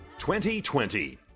2020